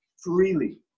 freely